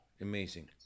Amazing